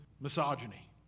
misogyny